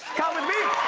come with me.